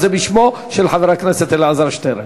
זה בשמו של חבר הכנסת אלעזר שטרן.